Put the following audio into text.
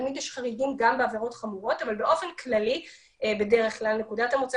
תמיד יש חריגים גם בעבירות חמורות אבל באופן כללי נקודת המוצא